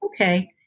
okay